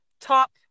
top